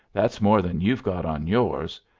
that's more than you've got on yours.